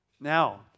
Now